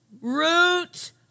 root